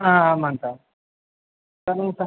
ஆமாங்க சார் சொல்லுங்க சார்